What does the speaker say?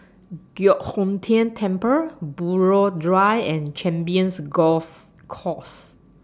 Giok Hong Tian Temple Buroh Drive and Champions Golf Course